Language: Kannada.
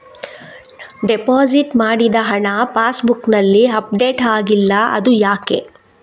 ಡೆಪೋಸಿಟ್ ಮಾಡಿದ ಹಣ ಪಾಸ್ ಬುಕ್ನಲ್ಲಿ ಅಪ್ಡೇಟ್ ಆಗಿಲ್ಲ ಅದು ಯಾಕೆ?